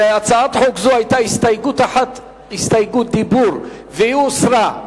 להצעת חוק זו היתה הסתייגות דיבור, והיא הוסרה.